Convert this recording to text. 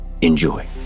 Enjoy